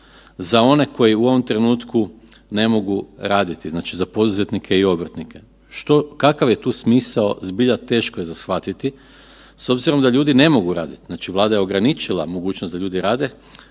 za one koji u ovom trenutku ne mogu raditi, znači za poduzetnike i obrtnike. Što, kakav je tu smisao, zbilja teško je za shvatiti s obzirom da ljudi ne mogu raditi, znači Vlada je ograničila mogućnost da ljudi rade.